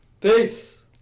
Peace